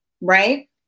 right